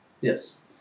Yes